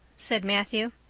said matthew.